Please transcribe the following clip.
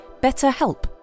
BetterHelp